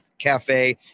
cafe